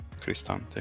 Cristante